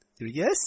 Yes